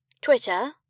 Twitter